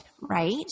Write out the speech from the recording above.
right